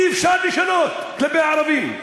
אי-אפשר לשנות כלפי הערבים.